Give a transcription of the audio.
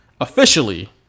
officially